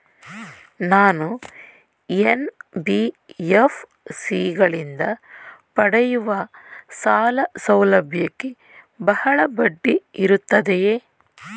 ನಾನು ಎನ್.ಬಿ.ಎಫ್.ಸಿ ಗಳಿಂದ ಪಡೆಯುವ ಸಾಲ ಸೌಲಭ್ಯಕ್ಕೆ ಬಹಳ ಬಡ್ಡಿ ಇರುತ್ತದೆಯೇ?